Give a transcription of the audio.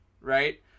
right